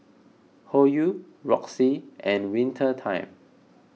Hoyu Roxy and Winter Time